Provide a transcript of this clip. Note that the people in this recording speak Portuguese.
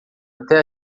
até